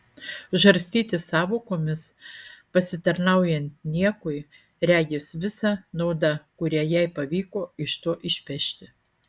žarstytis sąvokomis pasitarnaujant niekui regis visa nauda kurią jai pavyko iš to išpešti